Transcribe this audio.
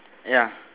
ya